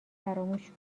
فراموش